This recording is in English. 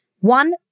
One